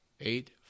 eight